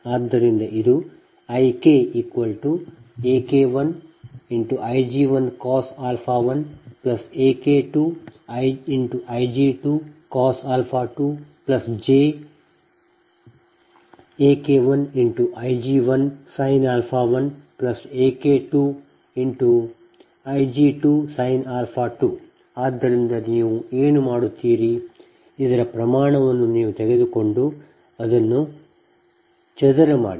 ಆದ್ದರಿಂದ ಇದು IKAK1Ig1cos 1 AK2Ig2cos 2 jAK1Ig11 AK2Ig2sin 2 ಆದ್ದರಿಂದ ನೀವು ಏನು ಮಾಡುತ್ತೀರಿ ಇದರ ಪ್ರಮಾಣವನ್ನು ನೀವು ತೆಗೆದುಕೊಂಡು ಅದನ್ನು ಚದರ ಮಾಡಿ